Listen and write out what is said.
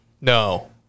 No